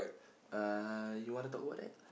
uh you wanna talk about that